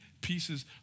pieces